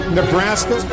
Nebraska